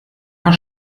paar